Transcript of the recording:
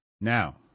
Now